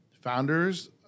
founders